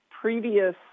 previous